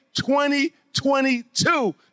2022